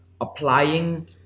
applying